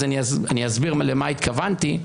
אני אסביר למה התכוונתי.